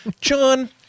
John